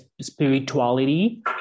spirituality